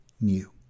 new